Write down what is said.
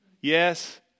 Yes